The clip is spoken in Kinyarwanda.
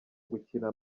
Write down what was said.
gukina